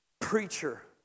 preacher